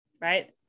right